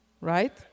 right